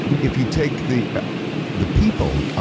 if you take the the people,